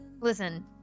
Listen